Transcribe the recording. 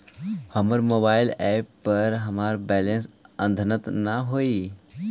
हमर mobile app पर हमर बैलेंस अद्यतन ना हई